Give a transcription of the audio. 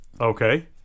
okay